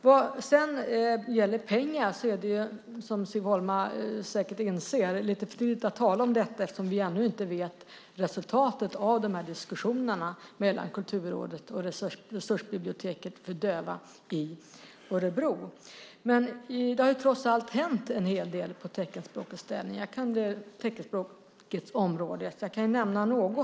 Vad sedan gäller pengar är det, som Siv Holma säkert inser, lite för tidigt att tala om detta eftersom vi ännu inte vet resultatet av diskussionerna mellan Kulturrådet och Resursbiblioteket för döva i Örebro. Det har trots allt hänt en hel del på teckenspråkets område, och jag kan nämna något.